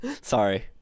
sorry